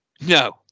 No